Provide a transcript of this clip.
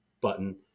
button